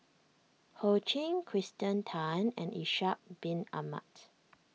Ho Ching Kirsten Tan and Ishak Bin Ahmad